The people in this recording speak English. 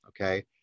okay